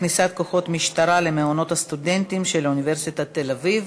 כניסת כוחות משטרה למעונות הסטודנטים של אוניברסיטת תל-אביב.